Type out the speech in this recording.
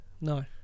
No